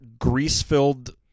grease-filled